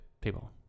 people